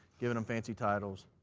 giving them fancy titles.